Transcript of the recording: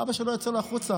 אבא שלו יוצא החוצה,